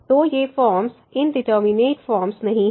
तो ये forms indeterminate forms नहीं हैं